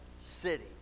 city